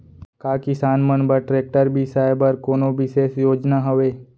का किसान मन बर ट्रैक्टर बिसाय बर कोनो बिशेष योजना हवे?